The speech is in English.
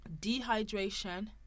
dehydration